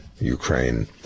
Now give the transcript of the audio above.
Ukraine